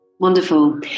Wonderful